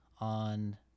on